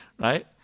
Right